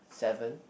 seven